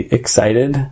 excited